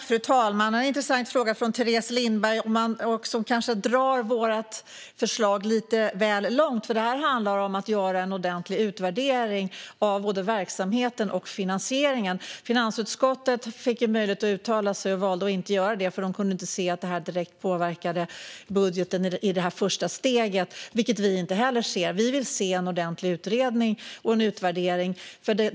Fru talman! Det är en intressant fråga från Teres Lindberg, som kanske drar vårt förslag lite väl långt. Det handlar nämligen om att göra en ordentlig utvärdering av både verksamheten och finansieringen. Finansutskottet fick möjlighet att uttala sig men valde att inte göra det, för de kunde inte se att detta direkt påverkade budgeten i det första steget - vilket vi inte heller ser. Vi vill se en ordentlig utredning och utvärdering.